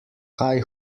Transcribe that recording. kaj